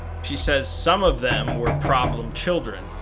she says some of them were problem children,